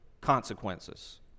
consequences